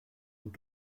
und